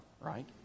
right